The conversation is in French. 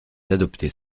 d’adopter